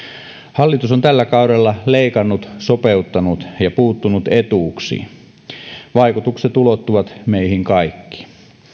hallitus on tällä kaudella leikannut sopeuttanut ja puuttunut etuuksiin vaikutukset ulottuvat meihin kaikkiin